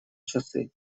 часы